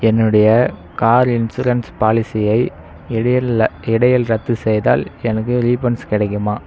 என்னுடைய car insurance பாலிசியை இடையில் இடையில் ரத்துசெய்தால் எனக்கு ரீஃபண்ட்ஸ் கிடைக்குமா